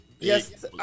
Yes